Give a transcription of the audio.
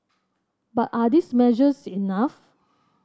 but are these measures enough